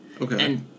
Okay